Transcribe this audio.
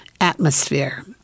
atmosphere